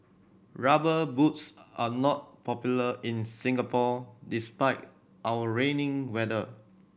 Rubber Boots are not popular in Singapore despite our rainy weather